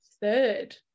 third